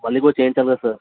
మళ్ళీ కూడా చేయించాలి కదా సార్